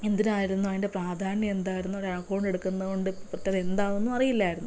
എന്തിനായിരുന്നു അതിൻ്റെ പ്രാധാന്യം എന്തായിരുന്നു ഒരു അക്കൗണ്ട് എടുക്കുന്നത് കൊണ്ട് ഇപ്പോഴത്തതെന്താവുമെന്നും അറിയില്ലായിരുന്നു